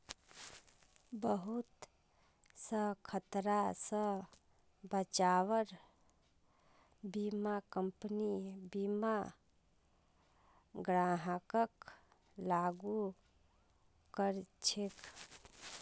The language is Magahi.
बहुत स खतरा स बचव्वार बीमा कम्पनी बीमा ग्राहकक लागू कर छेक